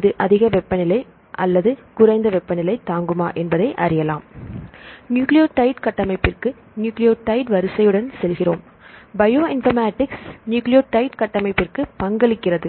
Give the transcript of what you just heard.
இது அதிக வெப்பநிலை அல்லது குறைந்த வெப்பநிலை தாங்குமா என்பதை அறியலாம் நியூக்ளியோடைடு கட்டமைப்பிற்கு நியூக்ளியோடைடு வரிசையுடன் செல்கிறோம் பயோ இன்பர்மேட்டிக்ஸ் நியூக்ளியோடைடு கட்டமைப்பிற்கு பங்களிக்கிறது